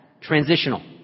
transitional